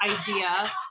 idea